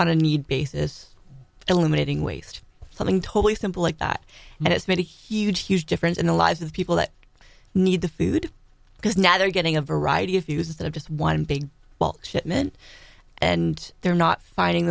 on a need basis eliminating waste something totally simple like that and it's made a huge huge difference in the lives of the people that need the food because now they're getting a variety of uses that are just one big shipment and they're not fi